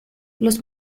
los